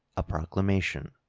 a proclamation.